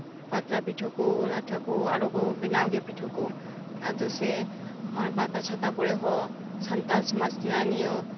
ᱯᱟᱛᱲᱟ ᱯᱤᱴᱷᱟᱹᱠᱚ ᱞᱟᱴᱷᱟᱠᱚ ᱟᱨᱚᱠᱚ ᱵᱮᱱᱟᱣᱜᱮ ᱯᱤᱴᱷᱟᱹᱠᱚ ᱟᱫᱚᱥᱮ ᱯᱟᱛᱟ ᱪᱷᱟᱛᱟ ᱠᱚᱨᱮ ᱦᱚᱸ ᱥᱟᱱᱛᱟᱞ ᱥᱚᱢᱟᱡ ᱨᱮᱭᱟᱜ ᱱᱤᱭᱟᱹ